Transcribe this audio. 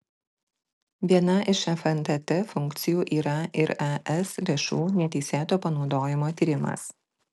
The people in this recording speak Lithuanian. viena iš fntt funkcijų yra ir es lėšų neteisėto panaudojimo tyrimas